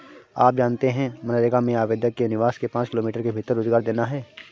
आप जानते है मनरेगा में आवेदक के निवास के पांच किमी के भीतर रोजगार देना है?